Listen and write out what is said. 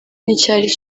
nticyari